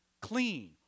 Clean